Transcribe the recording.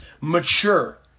mature